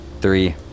Three